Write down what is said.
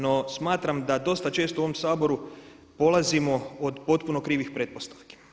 No, smatram da dosta često u ovom Saboru polazimo od potpuno krivih pretpostavki.